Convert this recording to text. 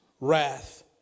wrath